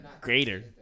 greater